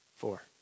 Four